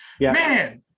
Man